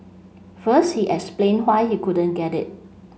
first he explained why he couldn't get it